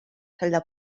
celda